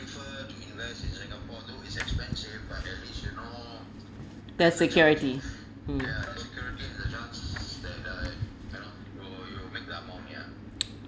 that security mm